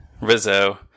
Rizzo